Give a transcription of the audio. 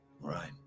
Right